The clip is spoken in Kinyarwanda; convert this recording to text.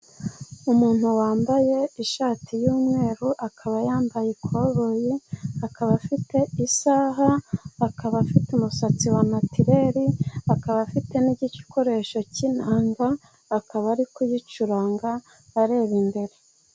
Umuntu wambaye ishati y'umweru, akaba yambaye ikoboyi, akaba afite isaha, akaba afite umusatsi wa natireri, akaba afite n'igikoresho cy'inanga, akaba ari kuyicuranga areba imbere.